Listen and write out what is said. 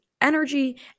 energy